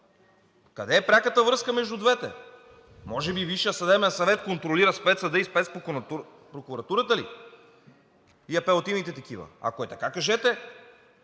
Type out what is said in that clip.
къде е пряката връзка между двете? Може би Висшият съдебен съвет контролира Спецсъда и Спецпрокуратурата ли и апелативните такива? Ако е така, кажете.